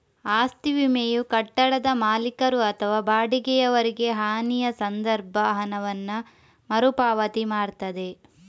ಆಸ್ತಿ ವಿಮೆಯು ಕಟ್ಟಡದ ಮಾಲೀಕರು ಅಥವಾ ಬಾಡಿಗೆಯವರಿಗೆ ಹಾನಿಯ ಸಂದರ್ಭ ಹಣವನ್ನ ಮರು ಪಾವತಿ ಮಾಡ್ತದೆ